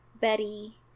Betty